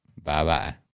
Bye-bye